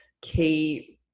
key